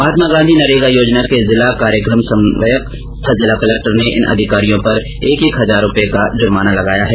महात्मा गांधी नरेगा योजना के जिला कार्यक्रम समन्वयक और जिला कलेक्टर ने इन अधिकारियों पर एक एक हजार रुपए का जुर्माना लगाया है